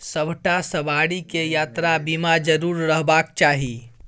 सभटा सवारीकेँ यात्रा बीमा जरुर रहबाक चाही